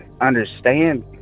understand